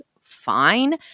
fine